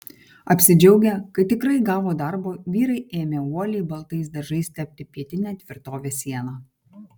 apsidžiaugę kad tikrai gavo darbo vyrai ėmė uoliai baltais dažais tepti pietinę tvirtovės sieną